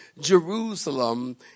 Jerusalem